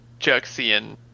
Juxian